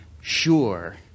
sure